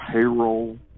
payroll